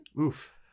Oof